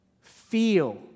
feel